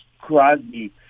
Crosby